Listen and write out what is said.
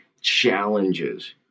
challenges